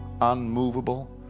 unmovable